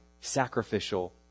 sacrificial